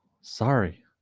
sorry